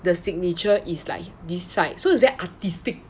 the signature is like this side so its artistic